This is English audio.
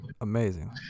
amazing